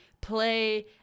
play